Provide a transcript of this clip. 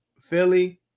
Philly